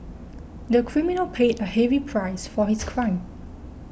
the criminal paid a heavy price for his crime